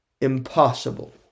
impossible